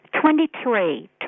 Twenty-three